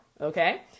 Okay